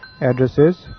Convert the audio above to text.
Addresses